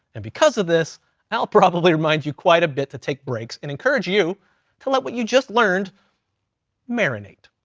and because of this i'll probably remind you quite a bit to take breaks, and encourage you to let what you just learned marinate.